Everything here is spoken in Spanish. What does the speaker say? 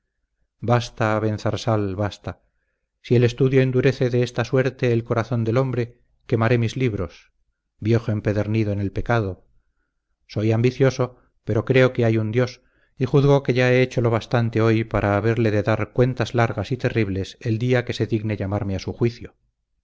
basta abenzarsal basta si el estudio endurece de esa suerte el corazón del hombre quemaré mis libros viejo empedernido en el pecado soy ambicioso pero creo que hay un dios y juzgo que ya he hecho lo bastante hoy para haberle de dar cuentas largas y terribles el día que se digne llamarme a su juicio